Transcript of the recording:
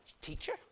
teacher